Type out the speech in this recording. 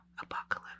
apocalypse